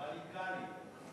רדיקלים.